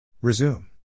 Resume